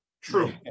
True